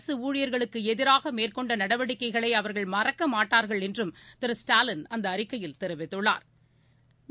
அரசுஊழியர்களுக்குஎதிராகமேற்கொண்டநடவடிக்கைகளைஅவர்கள் மறக்கமாட்டார்கள் என்றும் திரு ஸ்டாலின் அந்தஅறிக்கையில் தெரிவித்துள்ளாா்